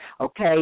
Okay